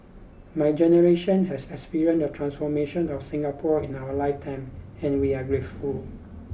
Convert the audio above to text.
my generation has experienced the transformation of Singapore in our life time and we are grateful